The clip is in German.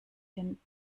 den